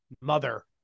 mother